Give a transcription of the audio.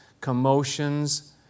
commotions